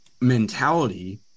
mentality